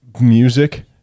music